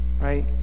Right